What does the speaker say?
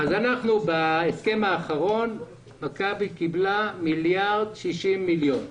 בהסכם האחרון מכבי קיבלה מיליארד ו-60 מיליון.